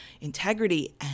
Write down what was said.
integrity